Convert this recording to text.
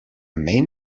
main